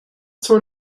sort